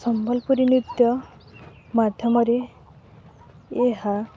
ସମ୍ବଲପୁରୀ ନୃତ୍ୟ ମାଧ୍ୟମରେ ଏହା